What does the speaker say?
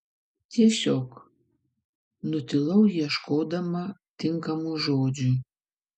tiesiog nutilau ieškodama tinkamų žodžių